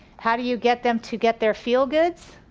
how do you get them to get their feel goods?